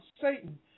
Satan